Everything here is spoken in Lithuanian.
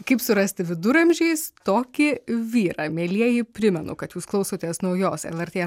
kaip surasti viduramžiais tokį vyrą mielieji primenu kad jūs klausotės naujos lrt